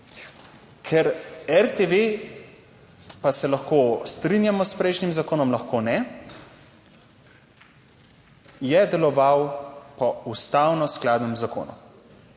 ker RTV, pa se lahko strinjamo s prejšnjim zakonom, lahko ne, je deloval po ustavno skladnem zakonu,